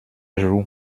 joue